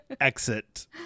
exit